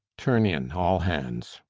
turn in, all hands.